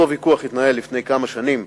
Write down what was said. אותו ויכוח התנהל לפני כמה שנים,